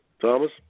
Thomas